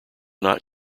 not